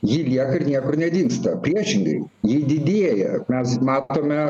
ji lieka ir niekur nedingsta priešingai ji didėja mes matome